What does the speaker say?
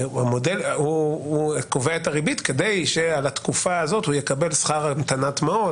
הוא קובע את הריבית כדי שעל התקופה הזאת הוא יקבל שכר המתנת מעות,